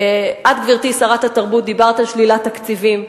את, גברתי שרת התרבות, דיברת על שלילת תקציבים.